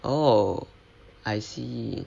oh I see